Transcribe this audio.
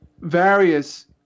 Various